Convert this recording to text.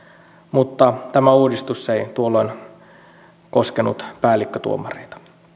mutta tämä uudistus ei tuolloin koskenut päällikkötuomareita